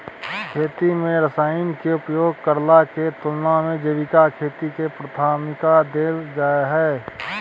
खेती में रसायन के उपयोग करला के तुलना में जैविक खेती के प्राथमिकता दैल जाय हय